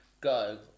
go